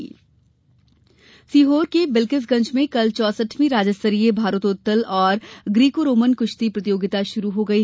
प्रतियोगिता सीहोर के बिलकिसगंज में कल चौसठवीं राज्य स्तरीय भारोत्तोलन और ग्रीकोरोमन कृश्ती प्रतियोगिता शुरू हो गयी